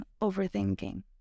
overthinking